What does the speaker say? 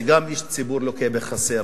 זה גם איש ציבור לוקה בחסר.